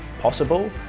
possible